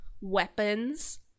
weapons